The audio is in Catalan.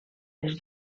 les